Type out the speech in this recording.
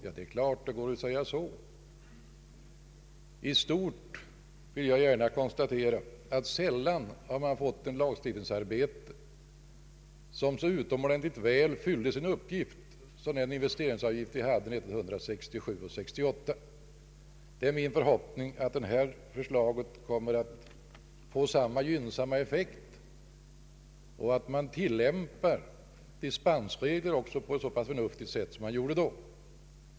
Ja, det är klart att det går att säga så. I stort vill jag gärna konstatera att vi sällan har fått ett lagstiftningsarbete som så utomordentligt väl fyllt sin uppgift som den investeringsavgift som vi hade under 1967 och 1968. Det är min förhoppning att detta förslag kommer att få samma gynnsamma effekt och att man tillämpar dispensreglerna på ett så förnuftigt sätt som då skedde.